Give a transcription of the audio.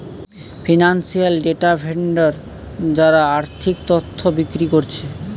financial data vendor যারা আর্থিক তথ্য বিক্রি কোরছে